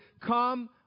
Come